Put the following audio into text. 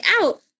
out